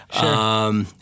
Sure